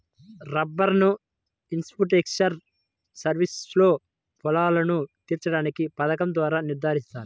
urban infrastructural సర్వీసెస్లో లోపాలను తీర్చడానికి పథకం ద్వారా నిర్ధారిస్తారు